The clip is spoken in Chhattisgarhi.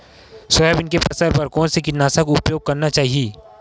सोयाबीन के फसल बर कोन से कीटनाशक के उपयोग करना चाहि?